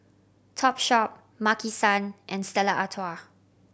Topshop Maki San and Stella Artois